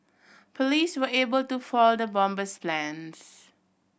police were able to foil the bomber's plans